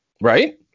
Right